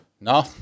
No